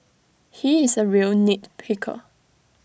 he is A real nit picker